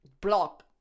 Block